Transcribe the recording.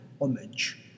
homage